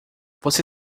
você